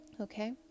Okay